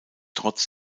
trotz